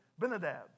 Benadab